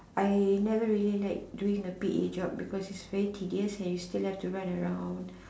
I never really like doing a P_A job because it is very tedious and you still have to run around